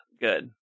good